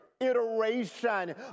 iteration